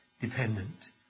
dependent